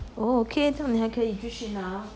okay 你还可以继续拿